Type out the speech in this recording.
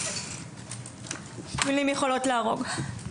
מילים יכולות להרוג.